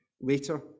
later